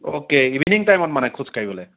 okay evening টাইমত মানে খোজ কাঢ়িবলৈ